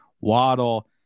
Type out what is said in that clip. Waddle